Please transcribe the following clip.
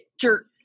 jerk